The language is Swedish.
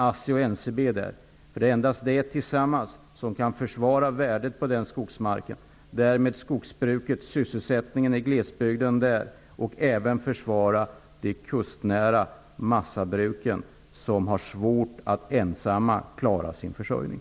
Det är bara dessa företag tillsammans som kan försvara värdet på skogsmarken och därmed skogsbruket, sysselsättningen i glesbygden och de kustnära massabruken som har svårt att ensamma klara sin försörjning.